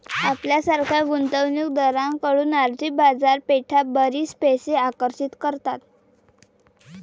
आपल्यासारख्या गुंतवणूक दारांकडून आर्थिक बाजारपेठा बरीच पैसे आकर्षित करतात